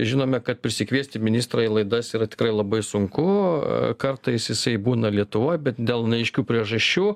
žinome kad prisikviesti ministrą į laidas yra tikrai labai sunku kartais jisai būna lietuvoj bet dėl neaiškių priežasčių